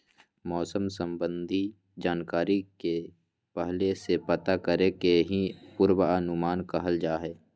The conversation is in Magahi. मौसम संबंधी जानकारी के पहले से पता करे के ही पूर्वानुमान कहल जा हय